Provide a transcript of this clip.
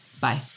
Bye